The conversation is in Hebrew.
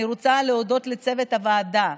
אני רוצה להודות לצוות הוועדה,